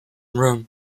room